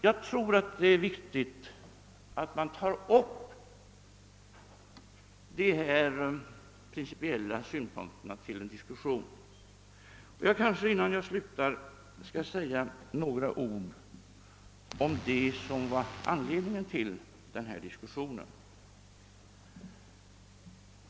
Jag tror att det är viktigt att man tar upp dessa principiella synpunkter till diskussion. Jag kanske, innan jag slutar, skall säga några ord om det som var anledningen till denna diskussion.